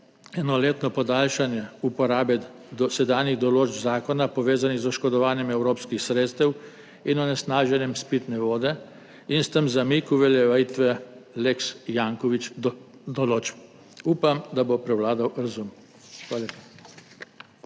enoletno podaljšanje uporabe dosedanjih določb zakona, povezanih z oškodovanjem evropskih sredstev in onesnaženjem pitne vode, in s tem zamik uveljavitve določb lex Janković. Upam, da bo prevladal razum. Hvala